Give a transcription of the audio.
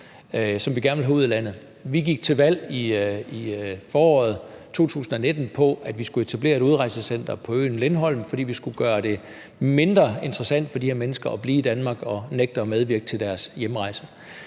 som vi gerne vil have ud af landet. Vi gik til valg i foråret 2019 på, at vi skulle etablere et udrejsecenter på øen Lindholm, fordi vi skulle gøre det mindre interessant for de her mennesker at blive i Danmark og at nægte at medvirke til deres egen hjemrejse.